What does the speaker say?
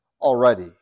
already